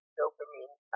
dopamine